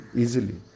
easily।